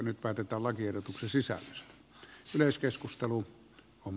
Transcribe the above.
nyt päätetään lakiehdotuksen sisällöstä siveyskeskustelu on